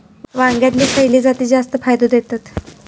वांग्यातले खयले जाती जास्त फायदो देतत?